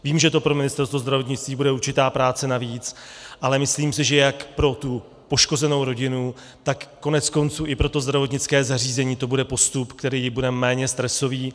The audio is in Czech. Vím, že to pro Ministerstvo zdravotnictví bude určitá práce navíc, ale myslím si, že jak pro poškozenou rodinu, tak koneckonců i pro to zdravotnické zařízení to bude postup, který bude méně stresový.